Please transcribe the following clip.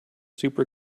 super